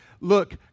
look